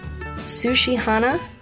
Sushihana